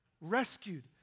Rescued